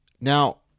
Now